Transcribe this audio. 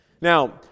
Now